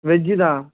veg தான்